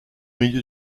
milieu